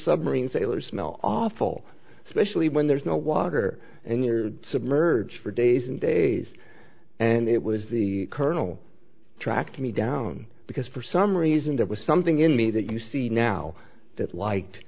submarine sailors smell awful especially when there's no water and you're submerge for days and days and it was the colonel tracked me down because for some reason there was something in me that you see now that liked